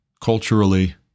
culturally